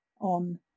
on